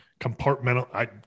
compartmental